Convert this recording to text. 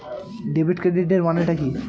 Debit ক্রেডিটের মানে টা কি?